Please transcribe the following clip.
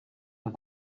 und